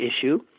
issue